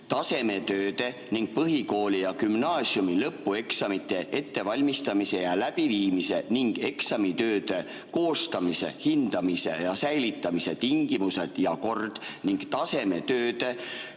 "Tasemetööde ning põhikooli ja gümnaasiumi lõpueksamite ettevalmistamise ja läbiviimise ning eksamitööde koostamise, hindamise ja säilitamise tingimused ja kord ning tasemetööde,